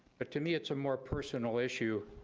but to me it's a more personal issue,